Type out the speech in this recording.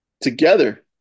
Together